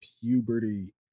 puberty